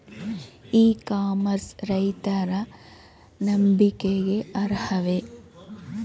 E commerce ರೈತರ ನಂಬಿಕೆಗೆ ಅರ್ಹವೇ?